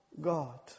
God